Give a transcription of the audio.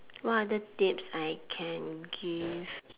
what other tips I can give